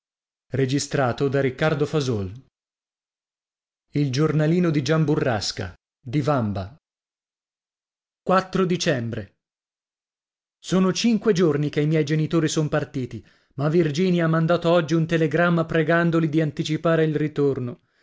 e io a lei e io avete dicembre sono cinque giorni che i miei genitori son partiti ma virginia ha mandato oggi un telegramma pregandoli di anticipare il ritorno